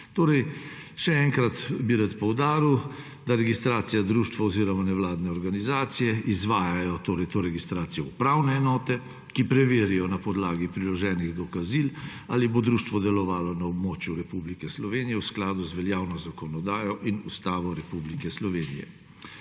odločbo. Še enkrat bi rad poudaril, da registracijo društva oziroma nevladne organizacije izvajajo upravne enote, ki preverijo na podlagi priloženih dokazil, ali bo društvo delovalo na območju Republike Slovenije v skladu z veljavno zakonodajo in ustavo Republike Slovenije.